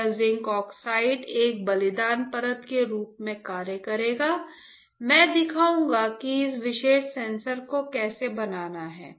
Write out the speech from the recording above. यह zinc oxide एक बलिदान परत के रूप में कार्य करेगा मैं दिखाऊंगा कि इस विशेष सेंसर को कैसे बनाना है